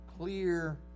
Clear